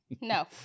no